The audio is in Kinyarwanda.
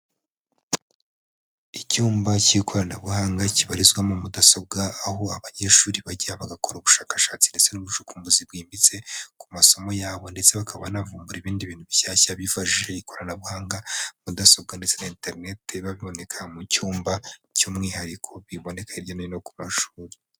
Icyumba cy'ikoranabuhanga kibarizwamo mudasobwa, aho abanyeshuri bajya bagakora ubushakashatsi ndetse n'ubucukumbuzi bwimbitse, ku masomo yabo, ndetse bakaba banavumbura ibindi bintu bishyashya bifashishije ikoranabuhanga, mudasobwa ndetse na interinete biba biboneka mu cyumba cy'umwihariko bibone hirya no hino ku mashuri.